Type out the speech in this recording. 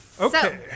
Okay